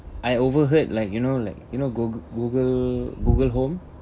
I overheard like you know like you know go~ google google home